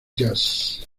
jazz